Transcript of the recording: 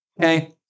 Okay